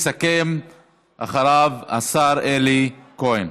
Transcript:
יסכם אחריו השר אלי כהן.